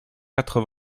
quatre